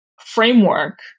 framework